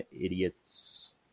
idiots